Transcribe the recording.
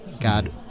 God